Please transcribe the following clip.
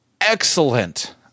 excellent